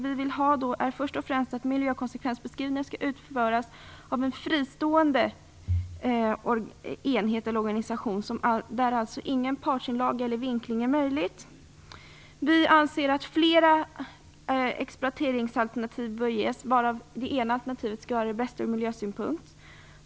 Vi vill först och främst att miljökonsekvensbeskrivningar skall utföras av en fristående enhet eller organisation där ingen partsinlaga eller vinkling är möjlig. Vi anser att flera exploateringsalternativ bör ges, varav det ena alternativet skall vara det bästa ur miljösynpunkt.